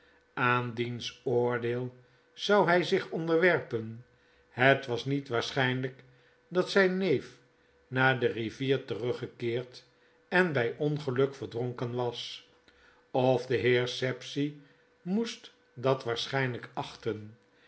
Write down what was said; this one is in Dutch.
aan diens oordeel zou hij zich onderwerpen het was niet waarschijnlp dat zijn neef naar de rivier teruggekeerd en bij ongeluk verdronken was of de heer sapsea moest dat waarschijnljjk achten